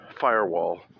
firewall